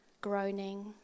groaning